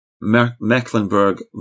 Mecklenburg